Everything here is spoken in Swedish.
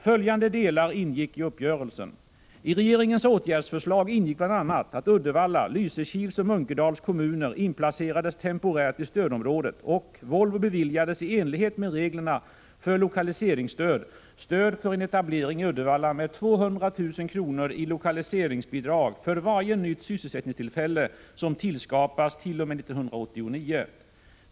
Följande delar ingick i uppgörelsen: I regeringens åtgärdsförslag ingick bl.a. att Uddevalla, Lysekils och Munkedals kommuner inplacerades temporärt i stödområdet, och Volvo beviljades, i enlighet med reglerna för lokaliseringsstöd, stöd för en etablering i Uddevalla med 200 000 kr. i lokaliseringsbidrag för varje nytt sysselsättningstillfälle som tillskapas t.o.m. år 1989.